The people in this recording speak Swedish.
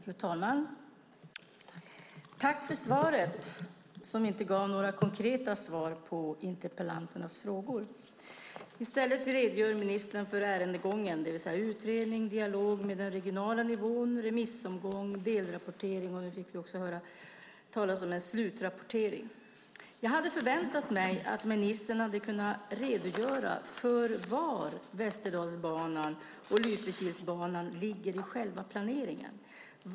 Fru talman! Tack för svaret, ministern, som dock inte gav några konkreta svar på interpellanternas frågor. I stället redogör ministern för ärendegången, det vill säga utredning, dialog med den regionala nivån, remissomgång och delrapportering. Vi fick även höra talas om en slutrapportering. Jag förväntade mig att ministern skulle redogöra för var Västerdalsbanan och Lysekilsbanan ligger i själva planeringen.